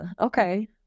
okay